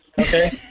okay